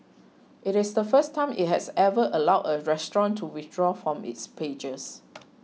it is the first time it has ever allowed a restaurant to withdraw from its pages